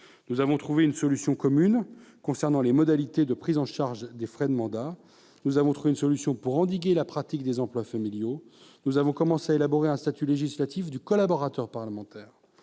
Nous avons trouvé une solution commune sur les modalités de prise en charge des frais de mandat ; nous avons trouvé une solution pour endiguer la pratique des emplois familiaux ; nous avons commencé à élaborer un statut législatif du collaborateur parlementaire.